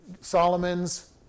Solomon's